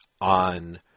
on